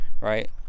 right